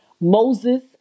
Moses